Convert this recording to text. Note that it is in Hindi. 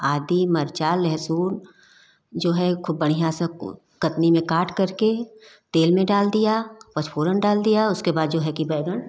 आदि मर्चा लहसून जो है खूब बढ़िया से कतनी में काटकर के तेल में डाल दिया पचफोरन डाल दिया उसके बाद जो है कि बैंगन